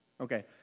Okay